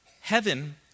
Heaven